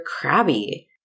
crabby